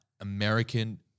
American